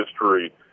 history